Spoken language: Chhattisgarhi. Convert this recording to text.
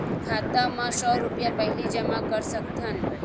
खाता मा सौ रुपिया पहिली जमा कर सकथन?